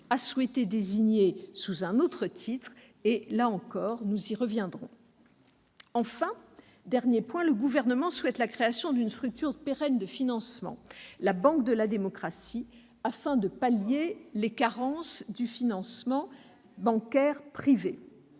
a souhaité désigner sous un autre titre. Nous y reviendrons. Enfin, le Gouvernement souhaite la création d'une structure pérenne de financement, la banque de la démocratie, afin de remédier aux carences du financement bancaire privé.